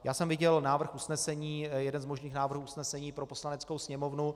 Já jsem viděl návrh usnesení, jeden z možných návrhů usnesení pro Poslaneckou sněmovnu.